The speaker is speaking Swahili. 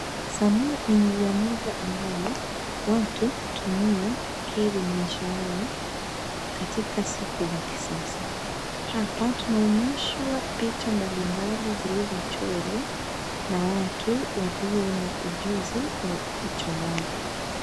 Sanaa ni njia moja ambayo watu hutumia kukiri maisha yao katika siku za kisasa. Hapa tunaonyeshwa picha mbali mbali zilizochorwa na watu walio na ujuzi wa uchoraji.